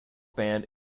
band